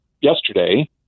yesterday